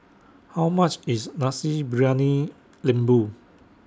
How much IS Nasi Briyani Lembu